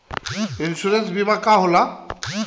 Insurance बीमा का होला?